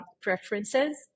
preferences